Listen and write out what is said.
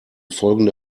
folgende